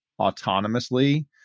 autonomously